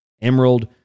Emerald